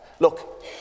Look